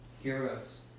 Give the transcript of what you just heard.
heroes